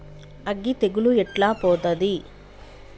అగ్గి తెగులు ఎట్లా పోతది?